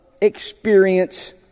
experience